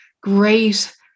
great